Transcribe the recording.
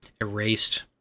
erased